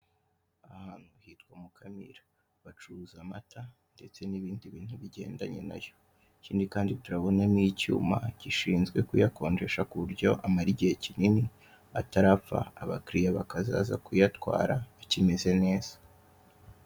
Ahantu hitwa mukamira bacuruza amata ndetse n'ibindi bigendanye nayo. Ikindi Kandi drawune n'icyuma gishinzwe kuyakonjesha kuburyo amara igihe kinini atarapfa abakiriya bakazaza kuyatwara akimeze neza.